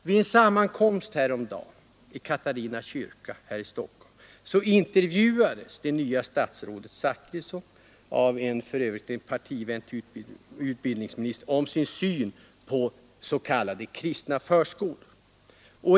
Vid en sammankomst häromdagen i Katarina kyrka här i Stockholm intervjuades det nya statsrådet Zachrisson av en partivän om sin syn på s.k. kristna förskolor.